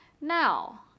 Now